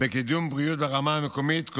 בקידום בריאות ברמה המקומית,